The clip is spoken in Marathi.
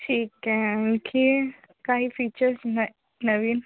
ठीक आहे आणखी काही फीचर्स न नवीन